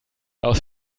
aus